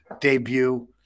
Debut